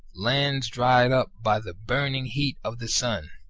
lands dried up by the burning heat of the sun.